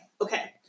Okay